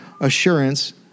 assurance